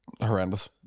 horrendous